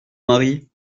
mari